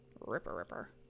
ripper-ripper